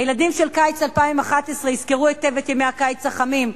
הילדים של קיץ 2011 יזכרו היטב את ימי הקיץ החמים,